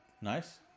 Nice